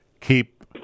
Keep